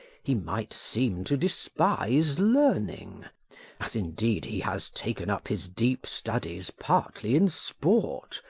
he might seem to despise learning as, indeed, he has taken up his deep studies partly in sport,